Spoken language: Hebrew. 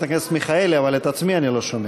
הכנסת מיכאלי אבל את עצמי אני לא שומע.